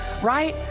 right